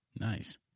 nice